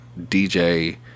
DJ